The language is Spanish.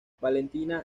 valentina